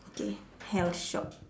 okay health shop